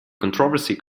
controversy